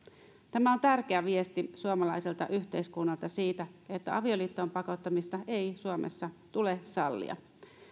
tämä on tärkeä viesti suomalaiselta yhteiskunnalta siitä että avioliittoon pakottamista ei suomessa tule sallia